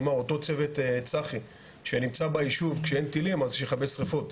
כלומר אותו צוות צח"י שנמצא ביישוב כשאין טילים אז שיכבה שריפות.